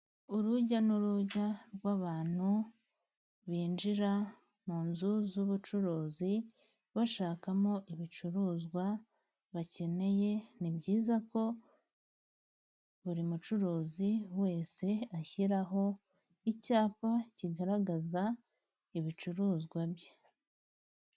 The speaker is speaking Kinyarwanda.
Urujya n'uruza rw'abantu binjira mu nzu z'ubucuruzi bashakamo ibicuruzwa bakeneye. Ni byiza ko buri mucuruzi wese ashyiraho icyapa kigaragaza ibicuruzwa bye.